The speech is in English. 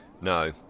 No